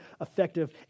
effective